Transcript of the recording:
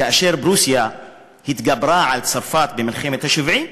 כאשר פרוסיה גברה על צרפת במלחמת 1870,